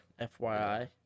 FYI